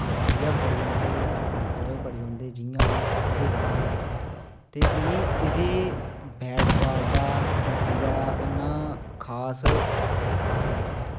अंदर गै बड्ढी रौहंदे अंदर गै बड्ढी रौहंदे जियां उनेंगी कोढ़ पेदा होंदा ते उनेंगी एह्दे बैट बॉल दा कबड्डी दा इन्ना खास